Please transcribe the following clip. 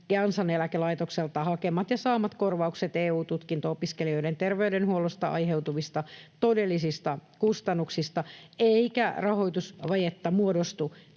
Kansaneläkelaitokselta hakemat ja saamat korvaukset EU-tutkinto-opiskelijoiden terveydenhuollosta aiheutuvista todellisista kustannuksista, eikä rahoitusvajetta muodostu.